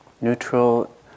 neutral